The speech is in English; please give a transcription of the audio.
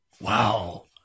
Wow